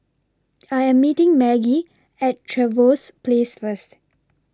I Am meeting Maggie At Trevose Place First